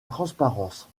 transparence